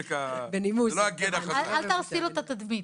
אצלי...